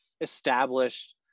established